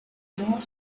genre